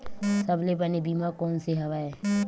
सबले बने बीमा कोन से हवय?